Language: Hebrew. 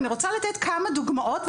אני רוצה לתת כמה דוגמאות.